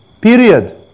period